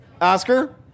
Oscar